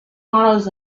models